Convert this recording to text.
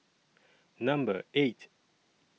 Number eight